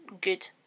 good